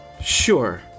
Sure